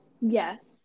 Yes